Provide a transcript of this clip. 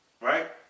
right